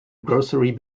grocery